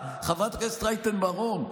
חברת הכנסת רייטן מרום,